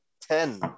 ten